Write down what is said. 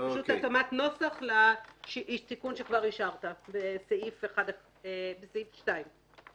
זו פשוט התאמת נוסח לתיקון שכבר אישרת בסעיף 2. אוקיי.